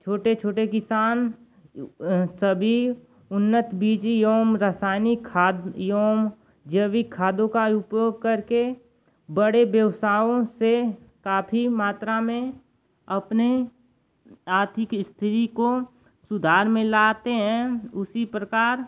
छोटे छोटे किसान सभी उन्नत बीज रसायनिक खाद जैविक खादों का ही उपयोग करके बड़े व्यवसायों से काफ़ी मात्रा में अपनी आर्थिक इस्थिति को सुधार में लाते हैं उसी प्रकार